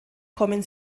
kommen